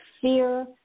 fear